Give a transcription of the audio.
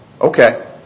Okay